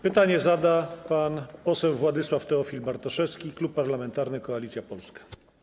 Pytanie zada pan poseł Władysław Teofil Bartoszewski, Klub Parlamentarny Koalicja Polska.